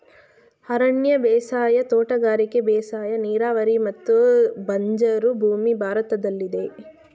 ಅರಣ್ಯ ಬೇಸಾಯ, ತೋಟಗಾರಿಕೆ ಬೇಸಾಯ, ನೀರಾವರಿ ಮತ್ತು ಬಂಜರು ಭೂಮಿ ಭಾರತದಲ್ಲಿದೆ